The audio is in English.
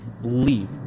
leave